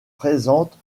présente